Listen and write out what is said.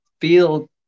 feel